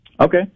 Okay